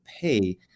pay